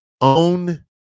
Own